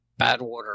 Badwater